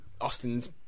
Austin's